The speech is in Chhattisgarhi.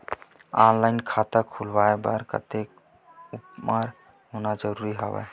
ऑनलाइन खाता खुलवाय बर कतेक उमर होना जरूरी हवय?